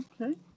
okay